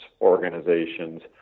organizations